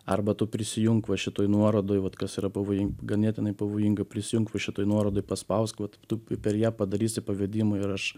arba tu prisijunk va šitoj nuorodoj vat kas yra pavojin ganėtinai pavojinga prisijunk va šitoj nuorodoj paspausk vat tu pi per ją padarysi pavedimą ir aš